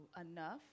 enough